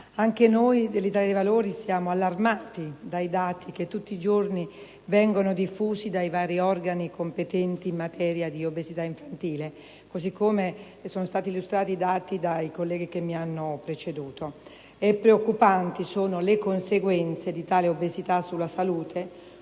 Gruppo dell'Italia dei Valori siamo allarmati dai dati che tutti i giorni vengono diffusi dai vari organi competenti in materia di obesità infantile e che sono stati illustrati dai colleghi che mi hanno preceduto; preoccupanti sono infatti le conseguenze di tale obesità sulla salute